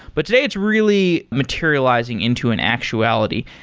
but today it's really materializing into an actuality.